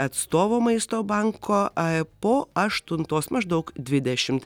atstovo maisto banko aa po aštuntos maždaug dvidešimt